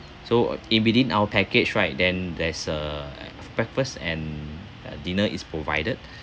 so in within our package right then there's a breakfast and uh dinner is provided